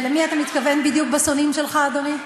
ולמי אתה מתכוון בדיוק בשונאים שלך, אדוני?